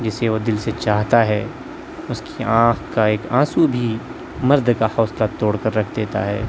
جسے وہ دل سے چاہتا ہے اس کی آنکھ کا ایک آنسوں بھی مرد کا حوصلہ توڑ کر رکھ دیتا ہے